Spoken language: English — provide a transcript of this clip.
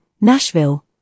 Nashville